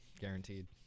guaranteed